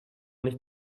nicht